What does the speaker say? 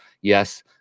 Yes